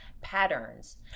patterns